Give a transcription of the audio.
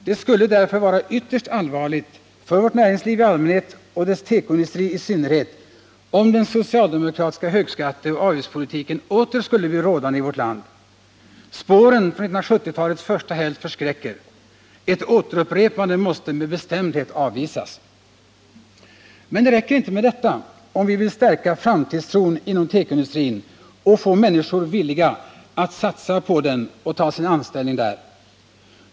Det skulle därför vara ytterst allvarligt för vårt näringsliv i allmänhet och för tekoindustrin i synnerhet om den socialdemokratiska högskatteoch avgiftspolitiken åter skulle bli rådande i vårt land. Spåren från 1970-talets första hälft förskräcker. Ett återupprepande måste med bestämdhet avvisas. Men det räcker inte med detta, om vi vill stärka framtidstron inom tekoindustrin och få människor villiga att satsa på den och ta sin anställning där.